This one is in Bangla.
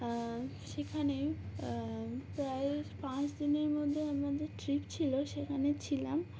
সেখানে প্রায় পাঁচ দিনের মধ্যে আমারাদের ট্রিপ ছিল সেখানে ছিলাম